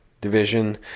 division